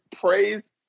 praise